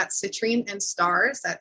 citrine.and.stars